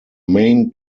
main